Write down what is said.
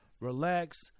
relax